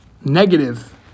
negative